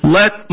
Let